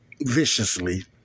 viciously